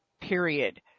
period